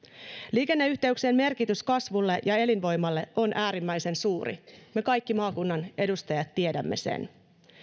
liikenneyhteyksien merkitys kasvulle ja elinvoimalle on äärimmäisen suuri me kaikki maakunnan edustajat tiedämme sen